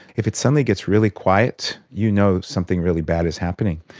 if it suddenly gets really quiet, you know something really bad is happening.